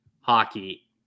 hockey